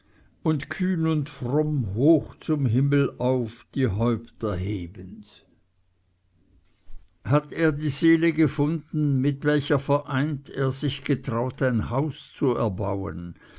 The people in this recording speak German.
und kühn und fromm hoch zum himmel auf die häupter hebend hat er die seele gefunden mit welcher vereint er sich getraut ein haus zu erbauen